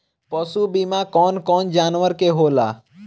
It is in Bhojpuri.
पशु बीमा कौन कौन जानवर के होला?